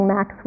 Max